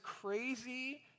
crazy